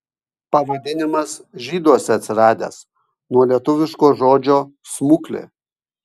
pavadinimas žyduose atsiradęs nuo lietuviško žodžio smuklė